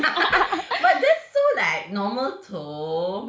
but that's so like normal though